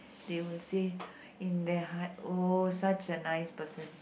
they will say in their heart oh such a nice person